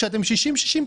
כשאתם 60-60,